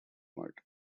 mud